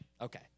okay